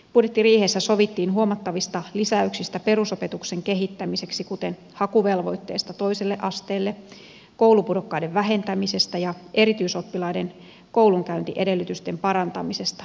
budjettiriihessä sovittiin huomattavista lisäyksistä perusopetuksen kehittämiseksi kuten hakuvelvoitteesta toiselle asteelle koulupudokkaiden vähentämisestä ja erityisoppilaiden koulunkäyntiedellytysten parantamisesta